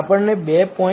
આપણને 2